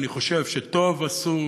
אני חושב שטוב עשו,